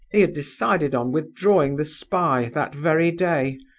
he had decided on withdrawing the spy that very day,